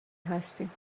هستیم